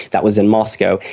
that was in moscow,